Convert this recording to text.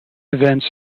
events